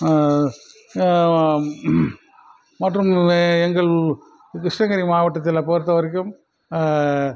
மற்றும் எங்கள் கிருஷ்ணகிரி மாவட்டத்தில் பொறுத்தவரைக்கும்